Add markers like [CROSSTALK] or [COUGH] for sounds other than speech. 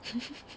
[LAUGHS]